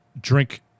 drink